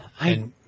I-